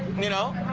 you know.